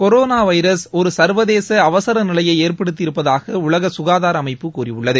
corona virus ஒரு சள்வதேச அவசர நிலையை ஏற்படுத்தி இருப்பதாக உலக சுகாதார அமைப்பு கூறியுள்ளது